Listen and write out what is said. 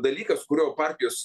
dalykas kurio partijos